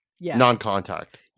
non-contact